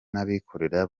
n’abikorera